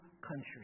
country